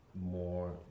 more